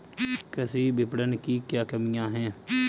कृषि विपणन की क्या कमियाँ हैं?